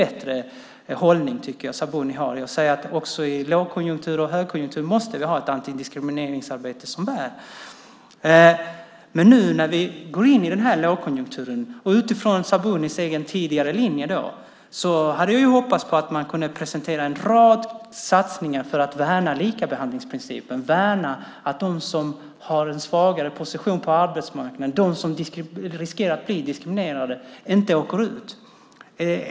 Nu tycker jag att Sabuni har en bättre hållning när hon säger att vi i både lågkonjunktur och högkonjunktur måste ha ett antidiskrimineringsarbete som bär. Men när vi nu går in i den här lågkonjunkturen, och utifrån Sabunis egen tidigare linje, hade jag hoppats att man skulle presentera en rad satsningar för att värna likabehandlingsprincipen så att de som har en svagare position på arbetsmarknaden och riskerar att bli diskriminerade inte åker ut.